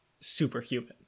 superhuman